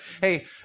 Hey